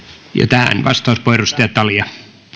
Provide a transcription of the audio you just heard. tähän vastauspuheenvuoro edustaja talja arvoisa